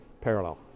Parallel